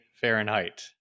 Fahrenheit